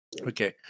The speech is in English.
Okay